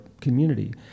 community